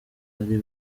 bari